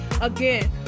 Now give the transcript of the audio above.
Again